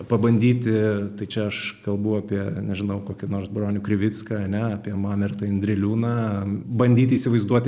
pabandyti tai čia aš kalbu apie nežinau kokį nors bronių krivicką ane apie mamertą indriliūną bandyti įsivaizduoti